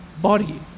body